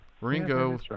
Ringo